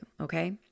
Okay